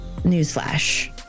newsflash